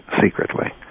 secretly